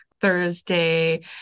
Thursday